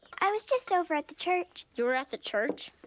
i was just over at the church. you were at the church?